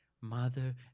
mother